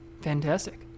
Fantastic